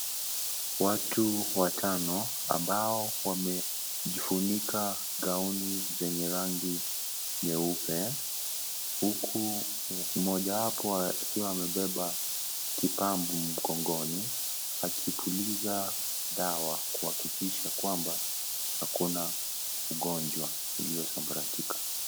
Watu watano ambao wamejifunika gauni zenye rangi huku moja wapo akiwa amebeva kipambu mgongoni kupuliza dawa kuakikisha kwamba akona ugonjwa uliosambaratika.